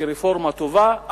רפורמה טובה,